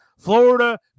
Florida